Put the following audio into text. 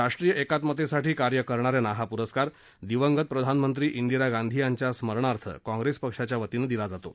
राष्ट्रीय एकात्मतेसाठी कार्य करणाऱ्यांना हा पुरस्कार दिवंगत प्रधानमंत्री इंदिरा गांधी यांच्या स्मरणार्थ काँग्रेस पक्षाच्या वतीनं दिला जातो